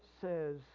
says